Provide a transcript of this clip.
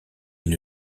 une